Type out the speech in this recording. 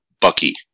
Bucky